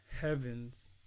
heavens